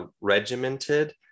regimented